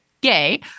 gay